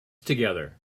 together